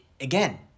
again—